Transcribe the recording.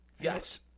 Yes